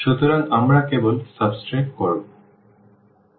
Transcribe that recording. সুতরাং আমরা কেবল বিয়োগ করব